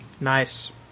Nice